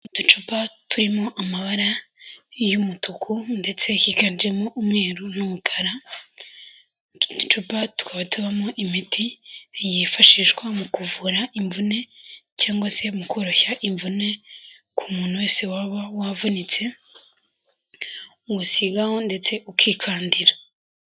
Uducuupa turimo amabara y'umutuku ndetse higanjemo umweru n'umukara, utu ducupa tukaba tubamo imiti yifashishwa mu kuvura imvune cyangwa se mu koroshya imvune ku muntu wese waba wavunitse, uwusigaho ndetse ukikandira.